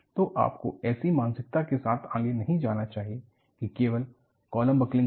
तो आपको ऐसी मानसिकता के साथ आगे नहीं जाना चाहिए कि केवल कॉलम बकलिंग होगी